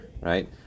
Right